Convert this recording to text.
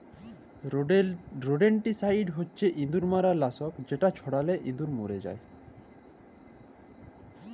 rodenticide হছে ইঁদুর মারার লাসক যেট ছড়ালে ইঁদুর মইরে যায়